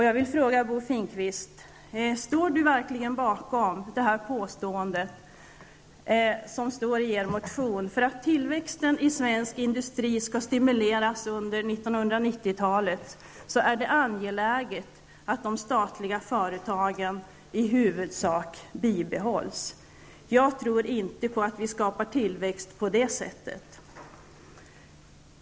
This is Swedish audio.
Jag vill fråga Bo Finnkvist: Står Bo Finnkvist verkligen bakom påståendet i den socialdemokratiska motionen om att ''för att tillväxten i svensk industri skall stimuleras under 1990-talet är det angeläget att de statliga företagen i huvudsak bibehålls''? Jag tror inte på att vi skapar tillväxt på det sättet.